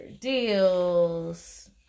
deals